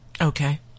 Okay